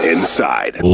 Inside